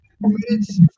Minutes